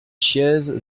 chiéze